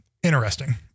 Interesting